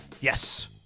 Yes